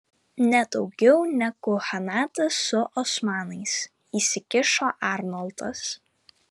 nedaugiau negu chanatas su osmanais įsikišo arnoldas